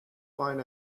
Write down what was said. find